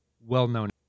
well-known